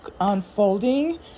unfolding